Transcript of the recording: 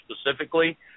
specifically